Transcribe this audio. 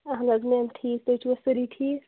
اہن حظ میم ٹھیٖک تُہۍ چھوا سٲری ٹھیٖک